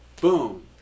boom